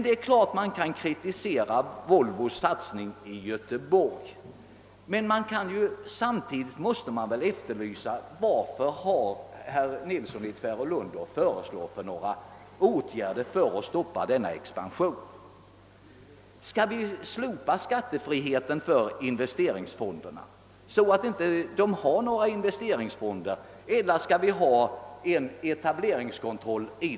Självfallet kan man kritisera Volvos satsning i Göteborg. Men vilka åtgärder har herr Nilsson i Tvärålund att föreslå för att stoppa denna expansion? Skall vi slopa skattefriheten för investeringsfonderna? Skall vi inte ha några investeringsfonder? Skall vi införa etableringskontroll?